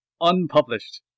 Unpublished